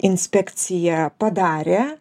inspekcija padarė